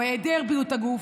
או היעדר בריאות הגוף,